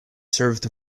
served